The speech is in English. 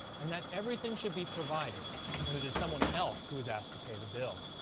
and that everything should be provided when it is someone else who is asked to pay the bill.